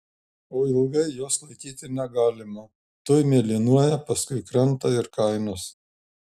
o ilgai jos laikyti negalima tuoj mėlynuoja paskui krenta ir kainos